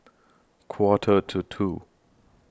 Quarter to two